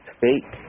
fake